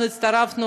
אנחנו הצטרפנו,